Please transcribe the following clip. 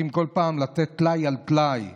וצריכים כל פעם לתת טלאי על טלאי.